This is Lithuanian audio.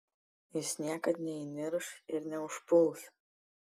jis niekad neįnirš ir neužpuls